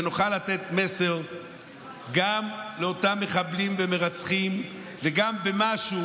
ונוכל לתת מסר לאותם מחבלים ומרצחים וגם במשהו